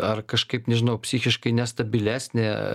ar kažkaip nežinau psichiškai nestabilesnė